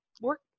work